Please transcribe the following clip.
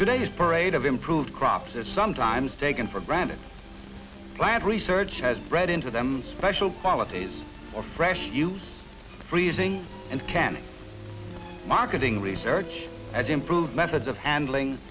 today's parade of improved crops is sometimes taken for granted plant research has bred into them special qualities or fresh use freezing and canning marketing research as improved methods of handling